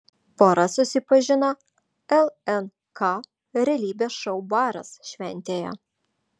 pora susipažino lnk realybės šou baras šventėje